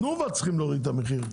תנובה צריכים להוריד את המחיר.